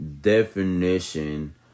definition